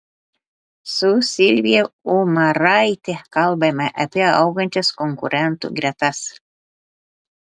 su silvija umaraite kalbame apie augančias konkurentų gretas